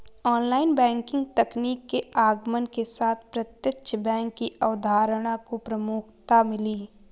online banking तकनीक के आगमन के साथ प्रत्यक्ष बैंक की अवधारणा को प्रमुखता मिली